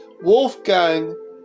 Wolfgang